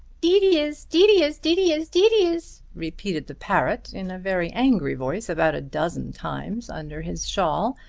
deedy is, deedy is, deedy is, deedy is, repeated the parrot in a very angry voice about a dozen times under his shawl,